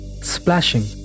splashing